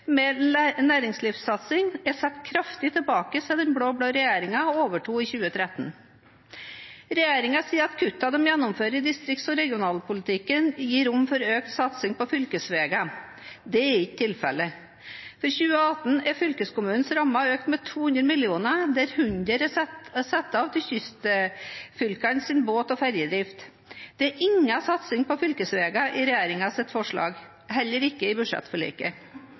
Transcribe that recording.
med næringslivssatsing, er satt kraftig tilbake siden den blå-blå regjeringen overtok i 2013. Regjeringen sier at kuttene de gjennomfører i distrikts- og regionalpolitikken, gir rom for økt satsing på fylkesveier. Dette er ikke tilfellet. For 2018 er fylkeskommunenes rammer økt med 200 mill. kr, der 100 mill. kr er satt av til kystfylkenes båt- og ferjedrift. Det er ingen satsing på fylkesveiene i regjeringens forslag til budsjett, heller ikke i budsjettforliket.